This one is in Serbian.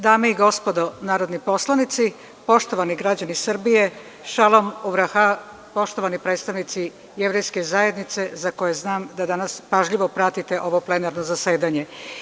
Dame i gospodo narodni poslanici, poštovani građani Srbije, šalom uvraha, poštovani predstavnici Jevrejske zajednice, za koje znam da danas pažljivo pratite ovo plenarno zasedanje.